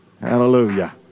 Hallelujah